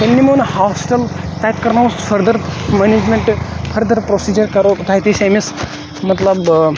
تیٚلہِٕ نِمون یہِ ہوسپِٹَل تَتہِ کَرناووس فٔردَر مَنیجمیٚنٹہٕ فٔردَر پروسیٖجَر کَرو تَتہِ أسۍ أمِس مَطلَب